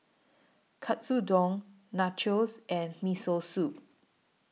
Katsudon Nachos and Miso Soup